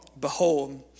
Behold